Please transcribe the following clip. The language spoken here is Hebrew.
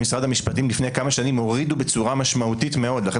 במשרד המשפטים לפני כמה שנים הורידו בצורה משמעותית מאוד לכן